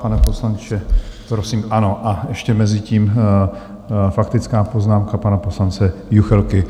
Pane poslanče, prosím ano... a ještě mezitím faktická poznámka pana poslance Juchelky.